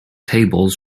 tables